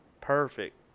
Perfect